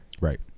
Right